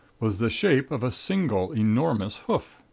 was the shape of a single enormous hoof.